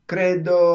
Credo